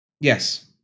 yes